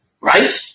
Right